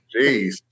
Jeez